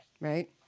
Right